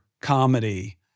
comedy